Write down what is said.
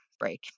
break